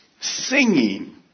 singing